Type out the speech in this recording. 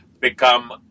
become